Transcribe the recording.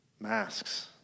masks